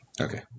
Okay